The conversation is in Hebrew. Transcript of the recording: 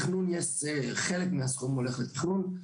חלק מהסכום הולך לתכנון,